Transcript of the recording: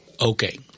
okay